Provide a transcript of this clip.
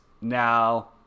now